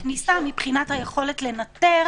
כן, הכניסה מבחינת היכולת לנטר